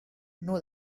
know